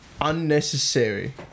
unnecessary